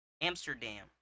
Amsterdam